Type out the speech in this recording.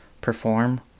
perform